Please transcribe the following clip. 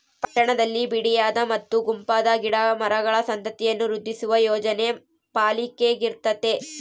ಪಟ್ಟಣದಲ್ಲಿ ಬಿಡಿಯಾದ ಮತ್ತು ಗುಂಪಾದ ಗಿಡ ಮರಗಳ ಸಂತತಿಯನ್ನು ವೃದ್ಧಿಸುವ ಯೋಜನೆ ಪಾಲಿಕೆಗಿರ್ತತೆ